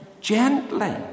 gently